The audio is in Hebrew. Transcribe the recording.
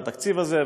על התקציב הזה,